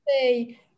say